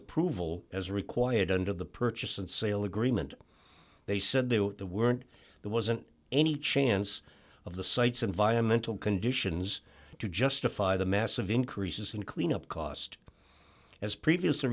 approval as required under the purchase and sale agreement they said they weren't there wasn't any chance of the sites environmental conditions to justify the massive increases in cleanup cost as previously